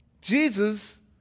Jesus